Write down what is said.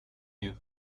you